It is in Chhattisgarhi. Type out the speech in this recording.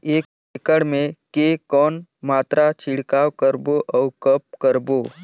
एक एकड़ मे के कौन मात्रा छिड़काव करबो अउ कब करबो?